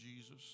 Jesus